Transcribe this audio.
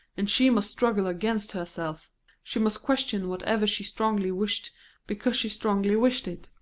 and she must struggle against herself she must question whatever she strongly wished because she strongly wished it.